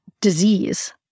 disease